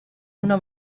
una